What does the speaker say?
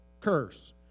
curse